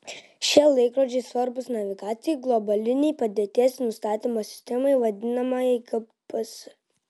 šie laikrodžiai svarbūs navigacijai globalinei padėties nustatymo sistemai vadinamajai gps